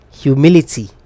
Humility